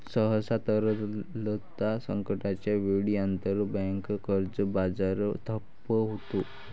सहसा, तरलता संकटाच्या वेळी, आंतरबँक कर्ज बाजार ठप्प होतो